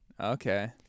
Okay